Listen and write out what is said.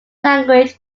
language